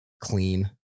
clean